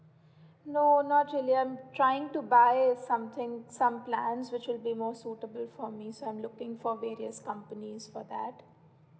no not really I'm trying to buy something some plans which would be more suitable for me so I'm looking for various companies for that